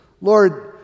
Lord